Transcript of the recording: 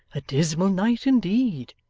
a dismal night, indeed!